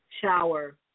shower